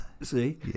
See